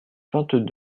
vingt